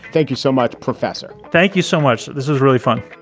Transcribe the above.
thank you so much, professor thank you so much. this is really fun